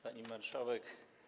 Pani Marszałek!